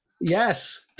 Yes